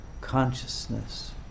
consciousness